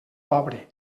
pobre